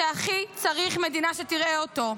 שהכי צריך מדינה שתראה אותו.